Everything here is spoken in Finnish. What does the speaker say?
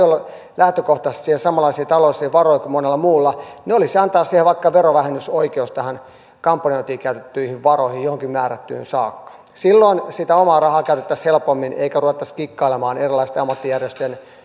ole siihen lähtökohtaisesti samanlaisia taloudellisia varoja kuin monella muulla olisi antaa vaikka verovähennysoikeus tähän kampanjointiin käytettyihin varoihin johonkin määrättyyn summaan saakka silloin sitä omaa rahaa käytettäisiin helpommin eikä ruvettaisi kikkailemaan erilaisten ammattijärjestöjen